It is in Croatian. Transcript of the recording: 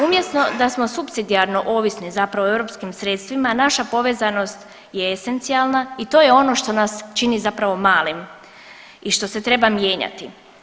Umjesto da smo supsidijarno ovisni zapravo o europskim sredstvima, naša povezanost je esencijalna i to je ono što nas čini zapravo malim i što se treba mijenjati.